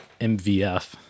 MVF